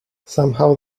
somehow